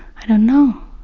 i don't know,